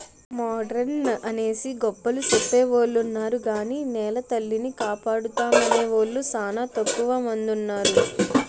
modern అనేసి గొప్పలు సెప్పెవొలున్నారు గాని నెలతల్లిని కాపాడుతామనేవూలు సానా తక్కువ మందున్నారు